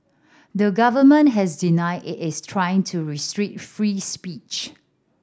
the government has denied it is trying to restrict free speech